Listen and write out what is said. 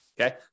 okay